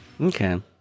Okay